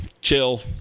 chill